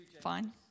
Fine